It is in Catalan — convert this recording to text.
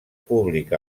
públic